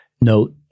note